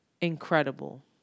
incredible